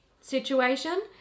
situation